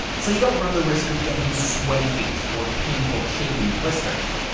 so you don't run the risk of getting sweaty feet or painful, chafing blisters.